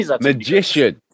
magician